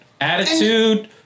Attitude